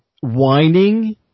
whining